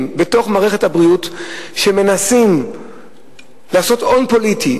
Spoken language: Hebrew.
בתוך מערכת הבריאות שמנסים לעשות הון פוליטי,